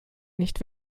nicht